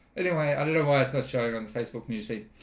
anyway, i don't know why it's not showing on the facebook newsfeed